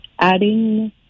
adding